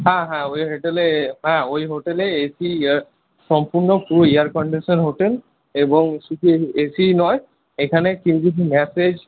হ্যাঁ হ্যাঁ ওই হোটেলে হ্যাঁ ওই হোটেলে এসি সম্পূর্ণ ফুল এয়ারকন্ডিশন হোটেল এবং শুধু এসিই নয় এখানে কেউ যদি ম্যাসাজ